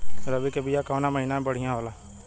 रबी के बिया कवना महीना मे बढ़ियां होला?